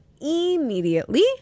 immediately